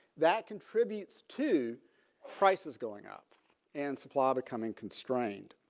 that contributes to prices going up and supply becoming constrained.